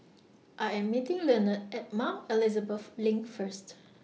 I Am meeting Lenord At Mount Elizabeth LINK First